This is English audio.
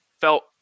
felt